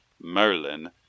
Merlin